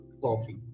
coffee